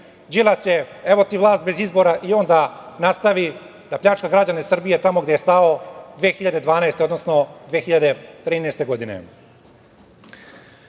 Đilase, evo ti vlast bez izbora, i on da nastavi da pljačka građane Srbije tamo gde je stao 2012. godine, odnosno 2013. godine. Taman